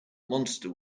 monster